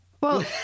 Well-